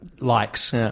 likes